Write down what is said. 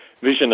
vision